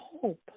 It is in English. hope